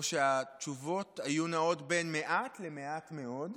או שהתשובות היו נעות בין מעט למעט מאוד.